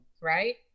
right